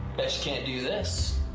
can't do this.